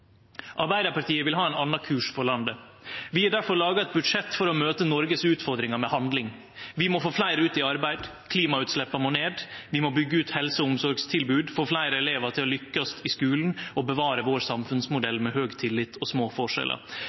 Arbeidarpartiet vil ha ein annan kurs for landet. Vi har difor laga eit budsjett for å møte Noregs utfordringar med handling. Vi må få fleire ut i arbeid, klimagassutsleppa må ned, vi må byggje ut helse- og omsorgstilbodet, vi må få fleire elevar til å lykkast i skulen, og vi må bevare samfunnsmodellen vår med høg tillit og små forskjellar.